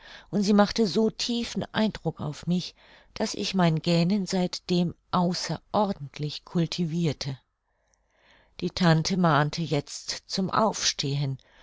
und sie machte so tiefen eindruck auf mich daß ich mein gähnen seitdem außerordentlich cultivirte die tante mahnte jetzt zum aufstehen